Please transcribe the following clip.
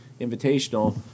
Invitational